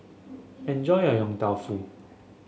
enjoy your Yong Tau Foo